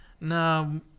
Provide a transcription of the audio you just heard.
No